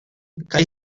kaj